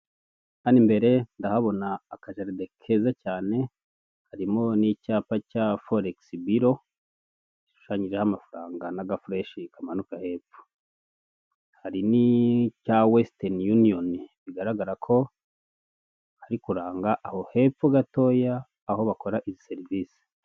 Hano imbere ndahabona akajaride keza cyane, harimo n'icyapa cya foregisibiro gishushanyijeho amafaranga n'agafureshi kamanuka hepfo. Hari nicya wesiteniyuniyoni bigaragara ko hari kuranga aho hepfo gatoya aho bakora iyi serivise.